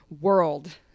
world